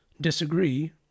disagree